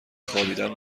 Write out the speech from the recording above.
خوابیدن